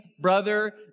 brother